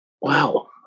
Wow